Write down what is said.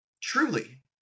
Truly